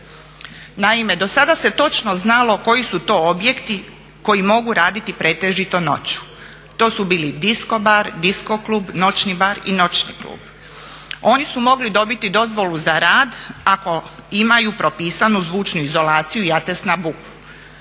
Naime, dosada se točno znalo koji su to objekti koji mogu raditi pretežito noću. To su bili disko bar, disko klub, noćni bar i noćni klub. Oni su mogli dobiti dozvolu za rad ako imaju propisanu zvučnu izolaciju i atest na buku.